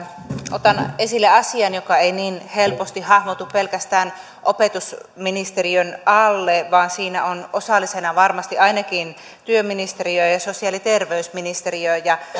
otan esille asian joka ei niin helposti hahmotu pelkästään opetusministeriön alle vaan jossa ovat osallisena varmasti ainakin työministeriö ja ja sosiaali ja terveysministeriö ja